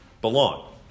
belong